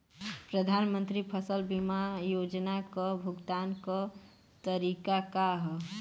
प्रधानमंत्री फसल बीमा योजना क भुगतान क तरीकाका ह?